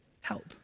help